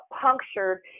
punctured